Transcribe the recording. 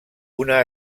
una